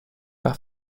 par